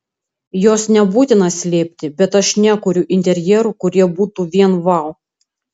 jos nebūtina slėpti bet aš nekuriu interjerų kurie būtų vien vau